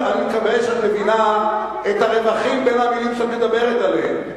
אני מקווה שאת מבינה את הרווחים בין המלים שאת מדברת עליהן.